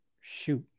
Shoot